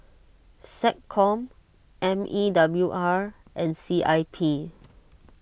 SecCom M E W R and C I P